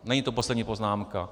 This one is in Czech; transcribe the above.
Není to poslední poznámka.